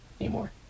anymore